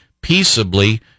peaceably